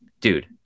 dude